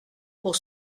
pour